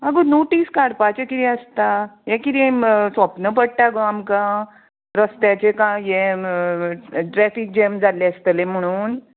आगो नोटीस काडपाचे किदें आसता हें किदें सोपन पडटा गो आमकां रस्त्याचें कांय हें ट्रॅफीक जॅम जाल्लें आसतलें म्हणून